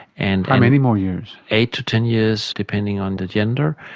and many more years? eight to ten years, depending on the gender.